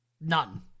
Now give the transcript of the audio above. none